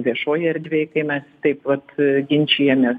viešoj erdvėj kai mes taip vat ginčijamės